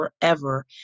forever